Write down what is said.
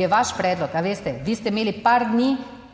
je vaš predlog, a veste, vi ste imeli par dni